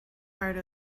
part